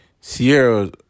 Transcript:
Sierra